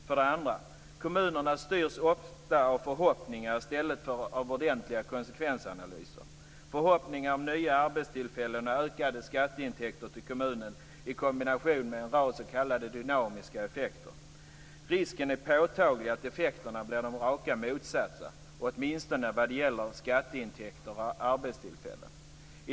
För det andra: Kommunerna styrs ofta av förhoppningar i stället för av ordentliga konsekvensanalyser. Det är förhoppningar om nya arbetstillfällen och ökade skatteintäkter till kommunen i kombination med en rad s.k. dynamiska effekter. Risken är påtaglig att effekterna blir de rakt motsatta, åtminstone vad det gäller skatteintäkter och arbetstillfällen.